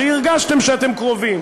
שהרגשתם שאתם קרובים,